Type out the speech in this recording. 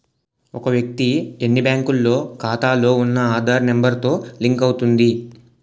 ఒక వ్యక్తి ఎన్ని బ్యాంకుల్లో ఖాతాలో ఉన్న ఆధార్ నెంబర్ తో లింక్ అవుతుంది